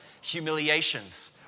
humiliations